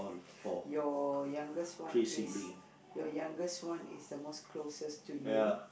your youngest one is your youngest one is the most closest to you